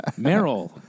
Meryl